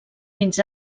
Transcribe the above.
fins